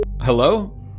Hello